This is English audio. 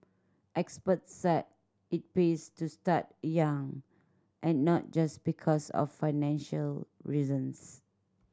experts said it pays to start young and not just because of financial reasons